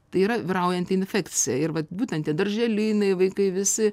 tai yra vyraujanti infekcija ir vat būtent tie darželiniai vaikai visi